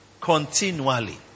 Continually